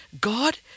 God